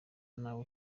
ntawe